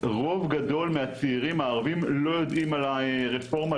רוב גדול מהצעירים הערביים לא יודעים על הרפורמה,